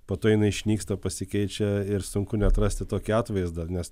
po to jinai išnyksta pasikeičia ir sunku net rasti tokį atvaizdą nes